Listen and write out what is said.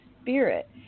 spirit